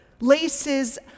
laces